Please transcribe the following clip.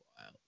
Wow